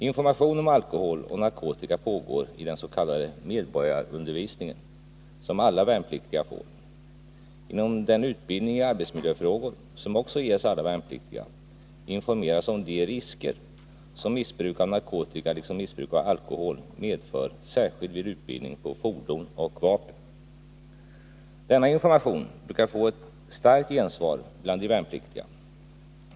Information om alkohol och narkotika ingår i den s.k. medborgarundervisning som alla värnpliktiga får. Inom den utbildning i arbetsmiljöfrågor, som också ges alla värnpliktiga, informeras om de risker som missbruk av narkotika, liksom missbruk av alkohol, medför särskilt vid utbildning på fordon och vapen. Denna information brukar få ett starkt gensvar bland de värnpliktiga.